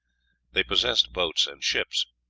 they possessed boats and ships.